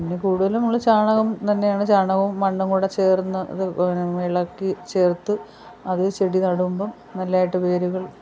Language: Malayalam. പിന്നെ കൂടുതലും നമ്മൾ ചാണകം തന്നെയാണ് ചാണകോം മണ്ണുംകൂടെ ചേർന്ന് അത് ഇളക്കി ചേർത്തു അത് ചെടി നടുമ്പോൾ നല്ലതായിട്ട് വേരുകൾ